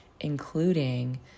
including